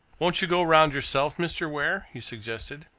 won't you go round yourself, mr. ware? he suggested.